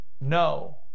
No